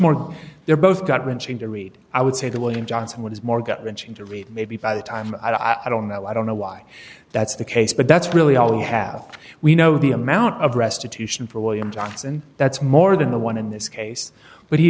more they're both gut wrenching to read i would say that william johnson has more gut wrenching to read maybe by the time i don't know i don't know why that's the case but that's really all we have we know the amount of restitution for william johnson that's more than the one in this case but he